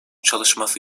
çalışması